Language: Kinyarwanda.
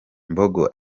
mbogo